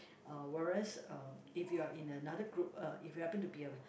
uh whereas um if you're in another group uh if you happen to be a